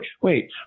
wait